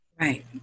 Right